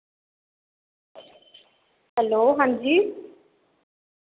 hello हां जी